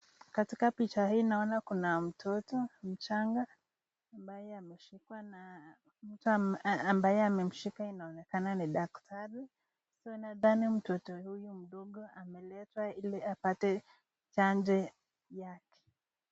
Katika picha hii naona kuna mtoto mchanga, ambaye ameshikwa na mtu ambaye amemshika inaonekana ni daktari. So nadhani mtoto huyu mdogo ameletwa ili apate chanjo yake.